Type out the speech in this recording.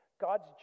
God's